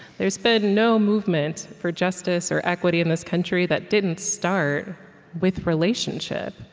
there's been no movement for justice or equity in this country that didn't start with relationship.